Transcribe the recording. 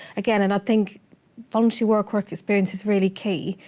again, and i think voluntary work, work experience is really key.